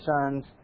sons